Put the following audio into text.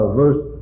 verse